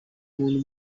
muntu